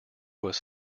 was